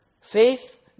Faith